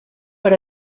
per